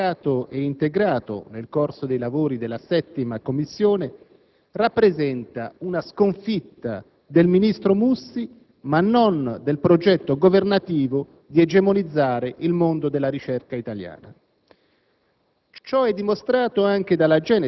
per come è stato profondamente modificato e integrato nel corso dei lavori della 7a Commissione, rappresenta una sconfitta del ministro Mussi, ma non del progetto governativo di egemonizzare il mondo della ricerca italiana.